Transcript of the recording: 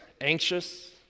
anxious